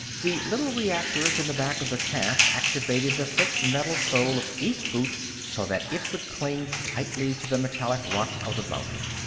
the little reactors in the back of the calf activated the thick metal sole of each boot so that it would cling tightly to the metallic rock of the mountain.